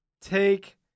take